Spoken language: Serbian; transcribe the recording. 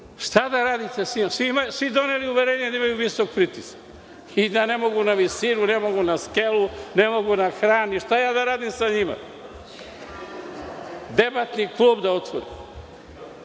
Šta da radite s njima? Svi su doneli uverenje da imaju visok pritisak i da ne mogu na visinu, ne mogu na skelu, ne mogu na kran. Šta da radim sa njima? Debatni klub da otvorim? Da